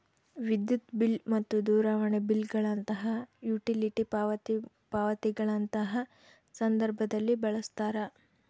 ವಿದ್ಯುತ್ ಬಿಲ್ ಮತ್ತು ದೂರವಾಣಿ ಬಿಲ್ ಗಳಂತಹ ಯುಟಿಲಿಟಿ ಪಾವತಿ ಪಾವತಿಗಳಂತಹ ಸಂದರ್ಭದಲ್ಲಿ ಬಳಸ್ತಾರ